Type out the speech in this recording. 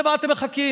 למה אתם מחכים?